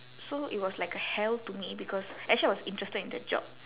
so it was like a hell to me because actually I was interested in that job